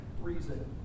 reason